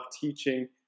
teaching